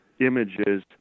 images